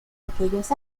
aquellos